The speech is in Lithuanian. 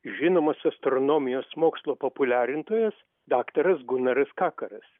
žinomas astronomijos mokslo populiarintojas daktaras gunaras kakaras